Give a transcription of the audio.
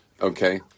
okay